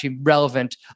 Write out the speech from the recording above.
relevant